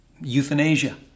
euthanasia